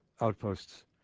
outposts